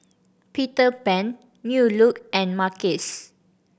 Peter Pan New Look and Mackays